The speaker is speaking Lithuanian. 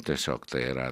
tiesiog tai yra